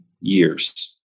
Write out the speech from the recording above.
years